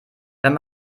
wenn